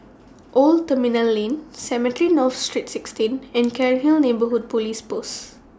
Old Terminal Lane Cemetry North Saint sixteen and Cairnhill Neighbourhood Police Post